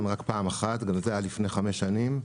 רק פעם אחת גם זה היה לפני חמש שנים,